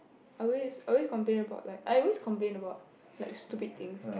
I always I always complain about like I always complain about like stupid things